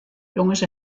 jonges